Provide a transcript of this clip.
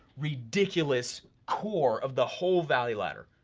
ridiculous, core of the whole value ladder.